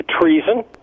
treason